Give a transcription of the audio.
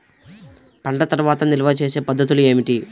పంట తర్వాత నిల్వ చేసే పద్ధతులు ఏమిటి?